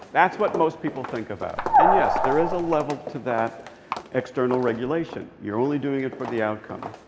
that's what most people think about. and, yes, there is a level to that external regulation. you're only doing it for the outcome.